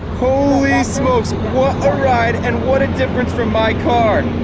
holy smokes, what a ride and what a difference from my car!